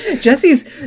Jesse's